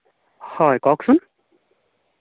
হয় কওকচোন